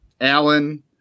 Allen